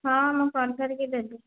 ହଁ ମୁଁ କରି ଧରିକି ଦେବି